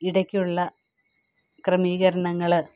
ഇടയ്ക്കുള്ള ക്രമീകരണങ്ങൾ